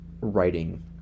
writing